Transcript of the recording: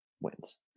wins